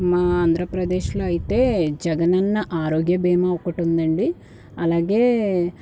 మా ఆంధ్రప్రదేశ్లో అయితే జగనన్న ఆరోగ్య బీమా ఒకటి ఉందండి అలాగే